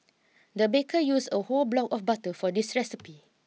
the baker use a whole block of butter for this recipe